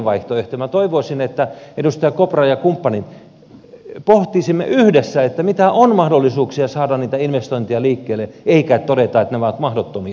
minä toivoisin edustaja kopra ja kumppanit että me pohtisimme yhdessä mitä mahdollisuuksia on saada niitä investointeja liikkeelle eikä että todetaan että ne ovat mahdottomia